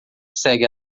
segue